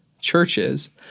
churches